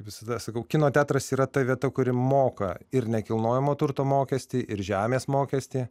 visada sakau kino teatras yra ta vieta kuri moka ir nekilnojamo turto mokestį ir žemės mokestį